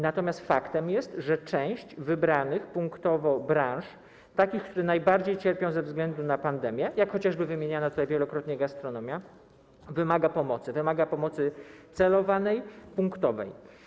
Natomiast faktem jest, że część wybranych punktowo branż, takich, które najbardziej cierpią ze względu na pandemię, jak chociażby wymieniana tutaj wielokrotnie gastronomia, wymaga pomocy celowanej, punktowej.